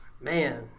Man